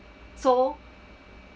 so